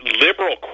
Liberal